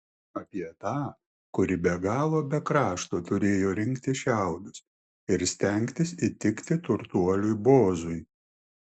apie tą kuri be galo be krašto turėjo rinkti šiaudus ir stengtis įtikti turtuoliui boozui